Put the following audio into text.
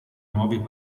nuovi